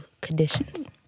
conditions